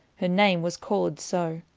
her name was called so,